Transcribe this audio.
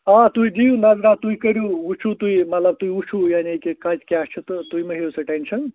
آ تُہۍ دِیُو نظرہ تُہۍ کٔریٛو وُچھو تُہۍ مطلب تُہۍ وُچھو یعنی کہِ کَتہِ کیٛاہ چھُ تہٕ تُہۍ مہٕ ہیٚیُو سُہ ٹیٚنشَن